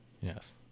Yes